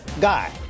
guy